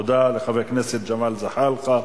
תודה לחבר הכנסת ג'מאל זחאלקה,